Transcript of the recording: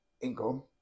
income